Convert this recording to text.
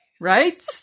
right